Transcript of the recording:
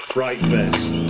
Frightfest